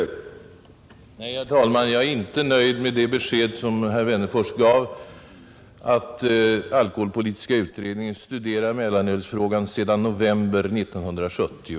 Herr talman! Nej, jag är inte nöjd med det besked som herr Wennerfors lämnade, att alkoholpolitiska utredningen har hållit på med att studera mellanölsfrågan sedan i november 1970.